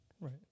right